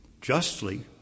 Justly